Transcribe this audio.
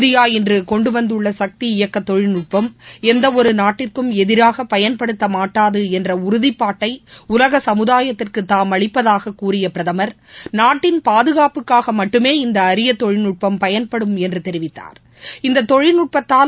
India இன்றுகொண்டுவந்துள்ளசக்தி இயக்கதொழில்நுட்பம் எந்தவொருநாட்டிற்கும் எதிராகபயன்படுத்தப்படமாட்டாதுஎன்றஉறுதிப்பாட்டைஉலகசமுதாயத்திற்குதாம் அளிப்பதாககூறியபிரதமர் நாட்டின் பாதுகாப்புக்காகமட்டுமே இந்தஅரியதொழில்நுட்பம் பயன்படும் என்றுதெரிவித்தார்